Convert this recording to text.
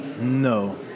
No